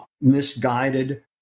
misguided